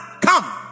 Come